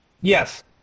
Yes